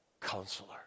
Counselor